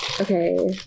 okay